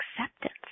acceptance